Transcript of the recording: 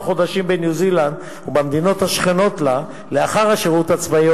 חודשים בניו-זילנד ובמדינות השכנות לה לאחר השירות הצבאי,